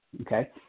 Okay